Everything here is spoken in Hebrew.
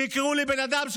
שיקראו לי בן אדם,